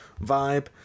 vibe